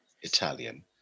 Italian